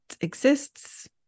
exists